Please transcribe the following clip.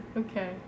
Okay